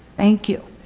thank you.